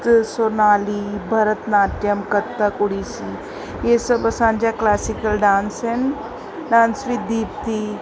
Sonali Bharatanatyam Kathak Odissi इअं सभु असांजा क्लासिकल डांस आहिनि डांस विद दीप्ती